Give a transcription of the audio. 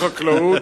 החקלאות,